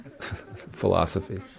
Philosophy